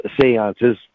seances